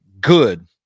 good